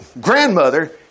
grandmother